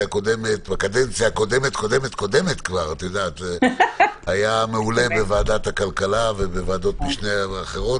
הקודמת-קודמת בוועדת הכלכלה ובוועדות משנה אחרות